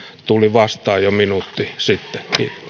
tuli vastaan jo minuutti sitten